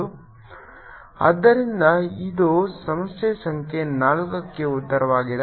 M0 B0 ಆದ್ದರಿಂದ ಇದು ಸಮಸ್ಯೆ ಸಂಖ್ಯೆ 4 ಕ್ಕೆ ಉತ್ತರವಾಗಿದೆ